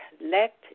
let